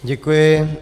Děkuji.